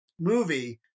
movie